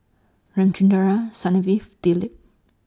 Ramchundra Dilip